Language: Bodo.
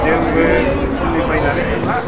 जोंबो खम समनि बायनानै मोनला